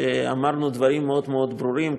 שאמרנו דברים מאוד מאוד ברורים,